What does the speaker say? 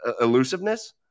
elusiveness